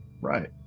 Right